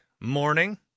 morning